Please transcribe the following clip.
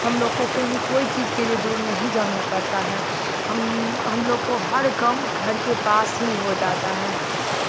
हमलोग को कहीं कोई चीज़ के लिए दूर नहीं जाना पड़ता है हम हमलोग को हर काम घर के पास ही हो जाता है